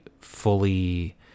fully